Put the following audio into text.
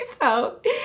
out